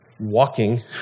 walking